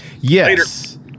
Yes